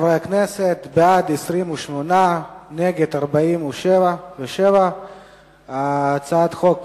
חברי חברי הכנסת, בעד, 28, נגד, 47. הצעת החוק